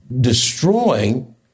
destroying